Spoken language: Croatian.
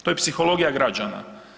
To je psihologija građana.